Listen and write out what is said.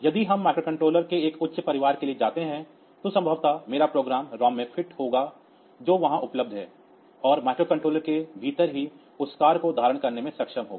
यदि हम माइक्रोकंट्रोलर के एक उच्च परिवार के लिए जाते हैं तो संभवतः मेरा प्रोग्राम रोम में फिट होगा जो वहां उपलब्ध है और माइक्रोकंट्रोलर के भीतर ही उस कार्य को धारण करने में सक्षम होगा